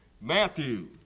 Matthew